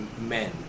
men